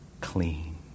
clean